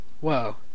whoa